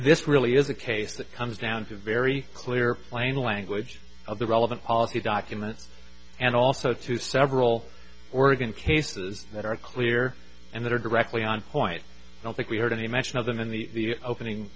this really is a case that comes down to very clear plain language of the relevant policy documents and also to several oregon cases that are clear and that are directly on point i don't think we heard any mention of them in the opening